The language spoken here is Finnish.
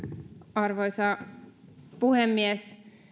arvoisa puhemies